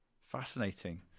fascinating